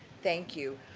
thank you.